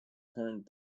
current